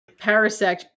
Parasect